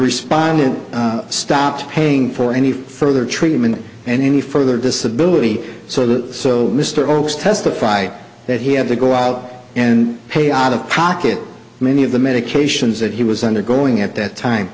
respondent stopped paying for any further treatment and any further disability so that so mr oakes testified that he had to go out and pay out of pocket many of the medications that he was undergoing at that time